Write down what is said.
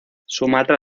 sumatra